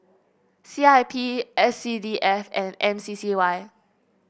C I P S C D F and M C C Y